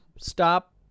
Stop